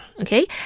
Okay